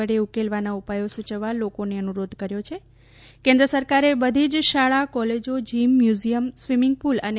વડે ઉકેલવાના ઉપાયો સૂચવવા લોકોને અનુરોધ કર્યો છે કેન્દ્ર સરકારે બધી જ શાળા કોલેજો જીમ મ્યુઝિયમ સ્વિમિંગપુલ અને